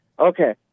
Okay